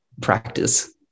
practice